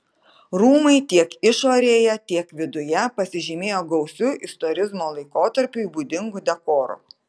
rūmai tiek išorėje tiek viduje pasižymėjo gausiu istorizmo laikotarpiui būdingu dekoru